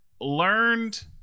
learned